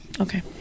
Okay